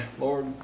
Lord